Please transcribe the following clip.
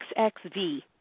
XXV